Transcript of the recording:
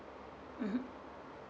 mmhmm